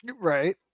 Right